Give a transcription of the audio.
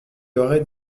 aurait